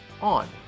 ON